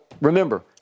remember